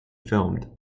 filmed